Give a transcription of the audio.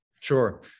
Sure